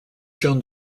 joan